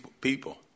people